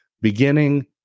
beginning